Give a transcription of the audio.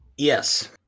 Yes